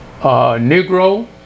Negro